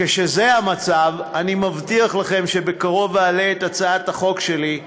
כשזה המצב, אני מבטיח לכם שבקרוב אעלה להצבעה